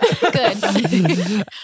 Good